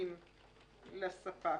תשלומים לספק."